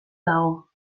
dago